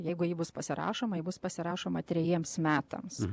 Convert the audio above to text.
jeigu ji bus pasirašoma ji bus pasirašoma trejiems metams